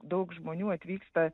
daug žmonių atvyksta